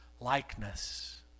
likeness